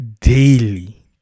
daily